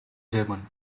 german